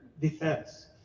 defense